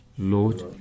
Lord